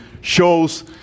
shows